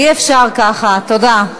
אי-אפשר ככה, תודה.